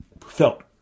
felt